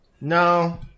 No